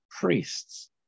priests